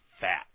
fat